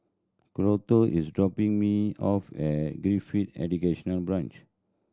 Colter is dropping me off at Gifted Educational Branch